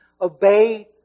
obey